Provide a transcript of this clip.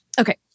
Okay